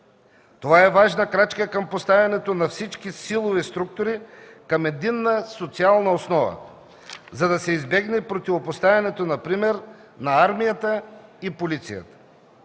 Това е важна крачка към поставянето на всички силови структури към единна социална основа, за да се избегне противопоставянето например на армията и полицията.